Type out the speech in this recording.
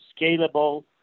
scalable